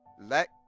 Let